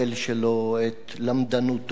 את למדנותו המופלגת,